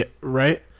right